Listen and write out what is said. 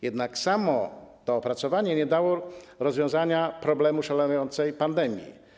Jednak samo to opracowanie nie dało rozwiązania problemu szalejącej pandemii.